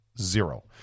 Zero